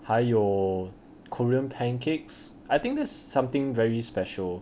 还有 korean pancakes I think that's something very special